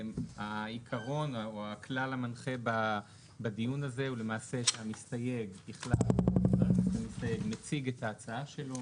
העיקרון או הכלל המנחה בדיון הזה הוא שהמסתייג מציג את הצעתו,